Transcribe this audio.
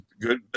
good